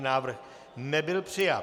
Návrh nebyl přijat.